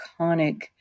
iconic